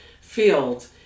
field